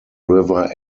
river